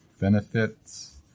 Benefits